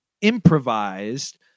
improvised